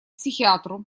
психиатру